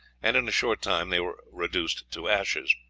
and in a short time they were reduced to ashes.